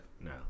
No